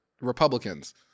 Republicans